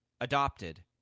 adopted